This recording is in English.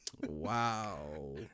Wow